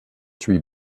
three